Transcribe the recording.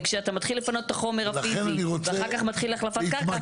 כשאתה מתחיל לפנות את החומר הפיזי ואחר כך מתחיל את החלפת הקרקע,